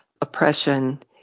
oppression